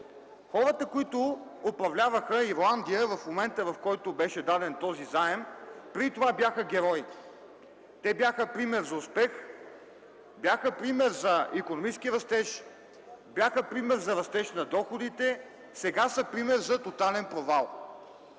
Хората, които управляваха Ирландия в момента, в който беше даден този заем, преди това бяха героите. Те бяха пример за успех, бяха пример за икономически растеж, бяха пример за растеж на доходите, сега са пример за тотален провал.